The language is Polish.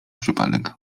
przypadek